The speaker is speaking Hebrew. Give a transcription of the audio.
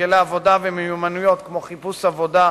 הרגלי עבודה ומיומנויות כמו חיפוש עבודה,